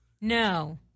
No